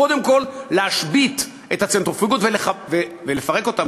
קודם כול להשבית את הצנטריפוגות ולפרק אותן,